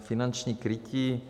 Finanční krytí.